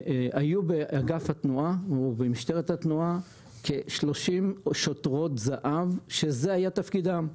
היו באגף התנועה או במשטרת התנועה כ-30 שוטרות זה"ב שזה היה תפקידן,